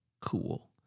cool